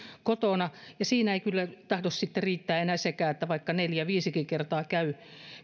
kotona ja siinä ei kyllä tahdo sitten riittää enää sekään vaikka neljä viisikin kertaa käy